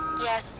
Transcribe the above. Yes